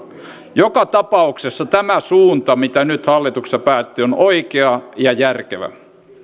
joka tapauksessa tämä suunta mistä nyt hallituksessa päätettiin on oikea ja järkevä